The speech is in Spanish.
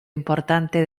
importante